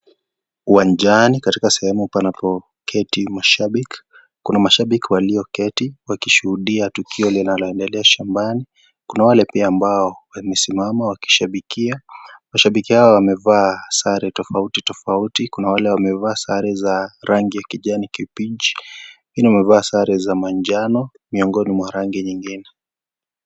Uwanjani katika sehemu panapoketi mashabiki kuna mashabiki walioketi wakishuhudia tukio linaloendelea shambani kuna wale pia ambao wamesimama wakishabikia, mashabiki hawa wamevaa sare tofauti tofauti, kuna wale wamevaa sare za rangi ya kijani kibichi mwingine amevaa sare za manjano miongoni mwa rangi nyingine.